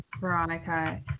Veronica